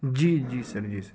جی جی سر جی سر